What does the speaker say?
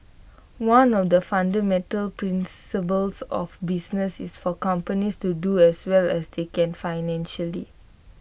one of the fundamental principles of business is for companies to do as well as they can financially